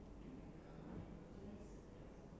cable five